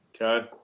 Okay